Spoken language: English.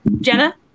Jenna